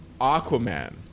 Aquaman